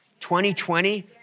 2020